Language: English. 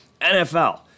NFL